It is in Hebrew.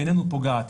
בעינינו פוגעת.